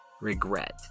regret